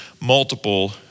multiple